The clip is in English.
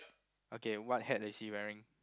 okay what hat is he wearing